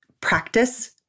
practice